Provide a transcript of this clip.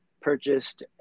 purchased